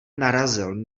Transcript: narazil